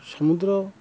ସମୁଦ୍ର